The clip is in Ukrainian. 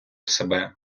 себе